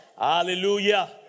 Hallelujah